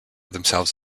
themselves